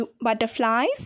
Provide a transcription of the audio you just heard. butterflies